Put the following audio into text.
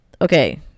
Okay